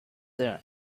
there